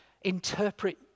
interpret